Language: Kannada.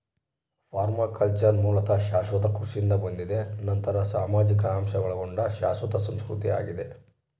ಪರ್ಮಾಕಲ್ಚರ್ ಮೂಲತಃ ಶಾಶ್ವತ ಕೃಷಿಯಿಂದ ಬಂದಿದೆ ನಂತರ ಸಾಮಾಜಿಕ ಅಂಶ ಒಳಗೊಂಡ ಶಾಶ್ವತ ಸಂಸ್ಕೃತಿ ಆಗಿದೆ